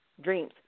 dreams